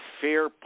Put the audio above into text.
fair